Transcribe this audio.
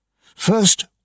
First